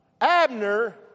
Abner